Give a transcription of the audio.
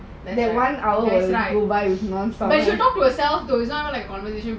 that one hour will go by non stop